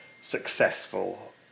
successful